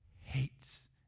hates